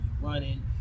running